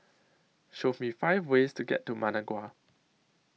Show Me five ways to get to Managua